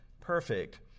perfect